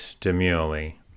demurely